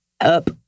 up